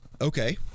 Okay